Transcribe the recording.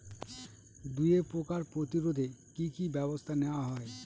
দুয়ে পোকার প্রতিরোধে কি কি ব্যাবস্থা নেওয়া হয়?